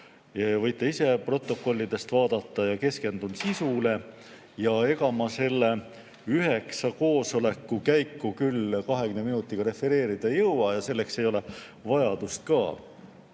Võite ise protokollidest vaadata. Keskendun sisule. Ega ma selle üheksa koosoleku käiku küll 20 minutiga refereerida jõua ja selleks ei ole vajadust ka.